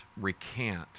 recant